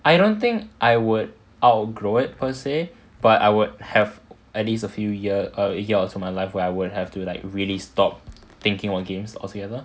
I don't think I would outgrow it per se but I would have at least a few year a year or so in my life where I would have to like really stop thinking about games altogether